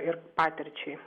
ir patirčiai